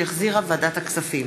שהחזירה ועדת הכספים.